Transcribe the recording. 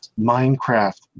minecraft